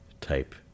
type